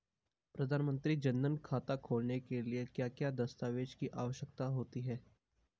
प्रधानमंत्री जन धन खाता खोलने के लिए क्या क्या दस्तावेज़ की आवश्यकता होती है?